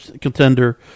contender